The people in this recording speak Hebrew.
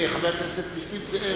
חבר הכנסת נסים זאב.